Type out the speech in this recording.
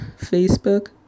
Facebook